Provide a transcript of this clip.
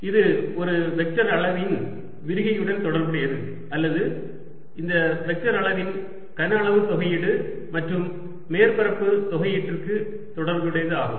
இது ஒரு வெக்டர் அளவின் விரிகைவுடன் தொடர்புடையது அல்லது அந்த வெக்டர் அளவின் கன அளவு தொகையீடு மற்றும் மேற்பரப்பு தொகையீடுக்கு தொடர்புடையது ஆகும்